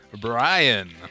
Brian